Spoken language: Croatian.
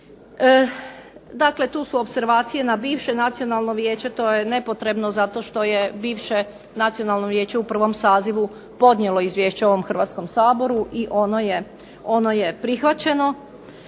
Dakle, tu su opservacije na bivše Nacionalno vijeće. To je nepotrebno zato što je bivše Nacionalno vijeće u prvom sazivu podnijelo izvješće ovom Hrvatskom saboru i ono je prihvaćeno.